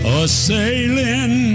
a-sailing